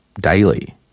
daily